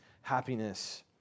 happiness